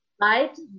right